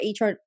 HR